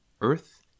Earth